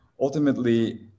ultimately